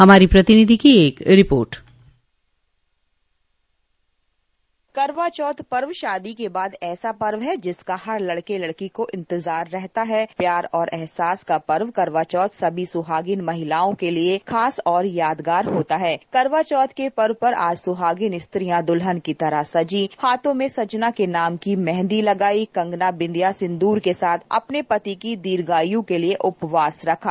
हमारी प्रतिनिधि की एक रिपोर्ट करवा चौथ पर्व शादी के बाद ऐसा पर्व है जिसका हर लड़के लड़की को इंतजार रहता है प्यार और एहसास का पर्व करवा चौथ सभी सुहागिन महिलाओं के लिए खास और यादगार होता है करवा चौथ के पर्व पर आज सुहागिन स्त्रियां दुल्हन की तरह सजी हाथों में सजना के नाम की मेहदी लगाई कंगना बिंदिया सिंदूर के साथ अपने पति की दीर्घायु के लिए उपवास रखा